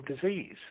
disease